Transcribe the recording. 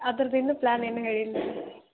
ಅದ್ರದ್ದು ಇನ್ನೂ ಪ್ಲ್ಯಾನ್ ಏನೂ ಹೇಳಿಲ್ಲ ರೀ